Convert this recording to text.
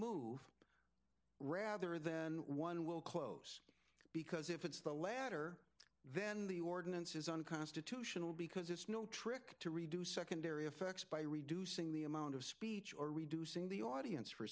move rather then one will close because if it's the latter then the ordinance is unconstitutional because it's no trick to reduce secondary effects by reducing the amount of speech or reducing the audience